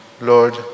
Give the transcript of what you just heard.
Lord